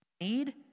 need